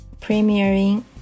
Premiering